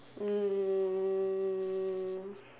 um